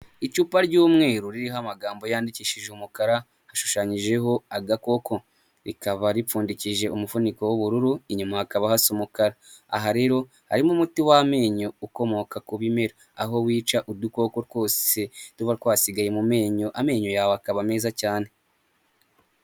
Icupa ry'umweru ririho amagambo yandikishije umukara, hashushanyijeho agakoko. Rikaba ripfundikije umufuniko w'ubururu, inyuma hakaba hasa umukara. Aha rero, harimo umuti w'amenyo ukomoka ku bimera, aho wica udukoko twose tuba twasigaye mu menyo, amenyo yawe akaba meza cyane.